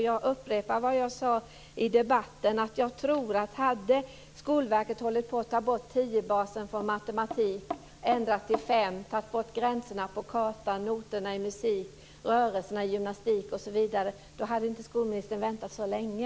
Jag upprepar vad jag sade i debatten: Hade Skolverket tagit bort 10-basen från matematiken och ändrat till 5, tagit bort gränserna på kartan, noterna i musiken, rörelserna i gymnastiken osv. tror jag inte att skolministern hade väntat så länge.